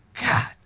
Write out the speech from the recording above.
God